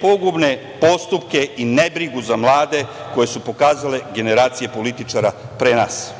pogubne postupke i nebrigu za mlade koje su pokazale generacije političara pre nas,